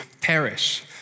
perish